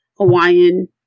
Hawaiian